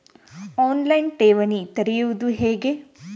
On line ಠೇವಣಿ ತೆರೆಯುವುದು ಹೇಗೆ?